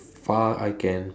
far I can